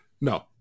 No